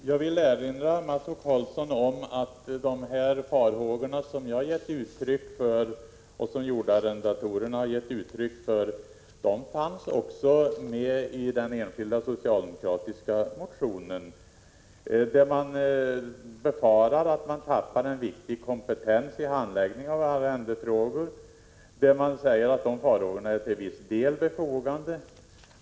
Herr talman! Jag vill erinra Mats O Karlsson om att de farhågor som jag och jordarrendatorerna har gett uttryck för också fanns med i den enskilda socialdemokratiska motionen. Farhågorna går bl.a. ut på att man tappar en viktig kompetens i handläggningen av arrendefrågor. Det står i motionen att de farhågorna till viss del är befogade.